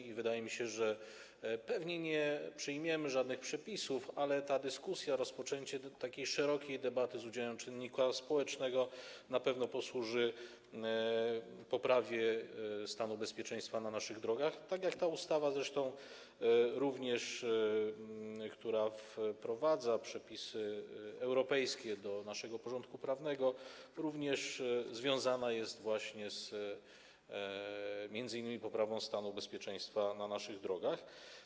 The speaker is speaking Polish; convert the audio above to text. I wydaje mi się, że pewnie nie przyjmiemy żadnych przepisów, ale ta dyskusja, rozpoczęcie takiej szerokiej debaty z udziałem czynnika społecznego na pewno posłuży poprawie stanu bezpieczeństwa na naszych drogach, tak jak zresztą również ta ustawa, która wprowadza przepisy europejskie do naszego porządku prawnego, a związana jest właśnie m.in. z poprawą stanu bezpieczeństwa na naszych drogach.